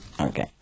Okay